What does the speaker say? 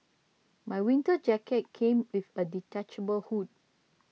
my winter jacket came with a detachable hood